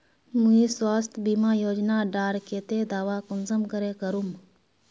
मुई स्वास्थ्य बीमा योजना डार केते दावा कुंसम करे करूम?